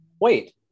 Wait